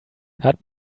hat